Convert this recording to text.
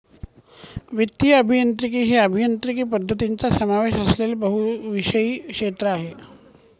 वित्तीय अभियांत्रिकी हे अभियांत्रिकी पद्धतींचा समावेश असलेले बहुविषय क्षेत्र आहे